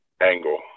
angle